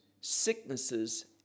sicknesses